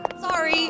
Sorry